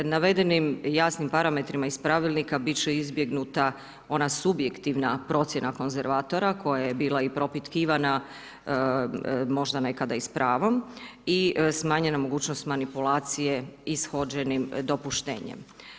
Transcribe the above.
Navedenim jasnim parametrima iz pravilnika, biti će izbjegnuta ona subjektivna, procjena konzervatora, koja je bila propitkivana, možda nekada i s pravom, i smanjena mogućnost manipulacija ishođenim dopuštenjem.